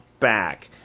back